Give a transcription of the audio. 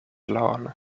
lawn